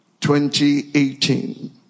2018